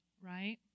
right